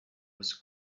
was